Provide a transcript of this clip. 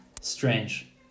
strange